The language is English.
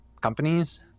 companies